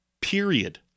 period